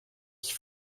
qui